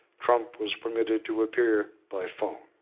trump was permitted to appear by phone.